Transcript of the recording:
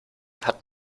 hat